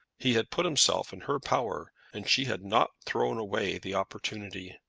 he had put himself in her power, and she had not thrown away the opportunity.